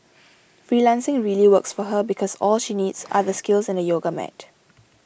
freelancing really works for her because all she needs are the skills and a yoga mat